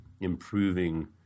improving